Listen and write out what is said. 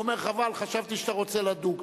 הוא אומר: חבל, חשבתי שאתה רוצה לדוג.